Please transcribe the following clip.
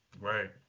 Right